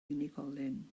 unigolyn